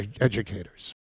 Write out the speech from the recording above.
educators